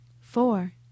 four